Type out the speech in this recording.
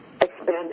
expanded